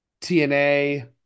TNA